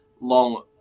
long